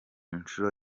nshuro